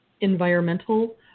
environmental